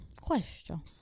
Question